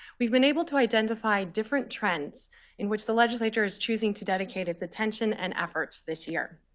we've been able to identify different trends in which the legislature is choosing to dedicate its attention and efforts this year.